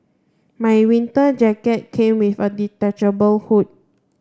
my winter jacket came with a detachable hood